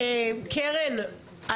קרן,